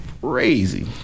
crazy